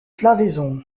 claveyson